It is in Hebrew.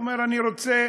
הוא אומר: אני רוצה